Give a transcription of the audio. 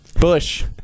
bush